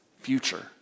future